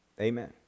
Amen